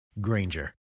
Granger